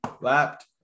lapped